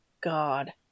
God